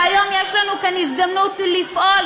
והיום יש לנו כאן הזדמנות לפעול.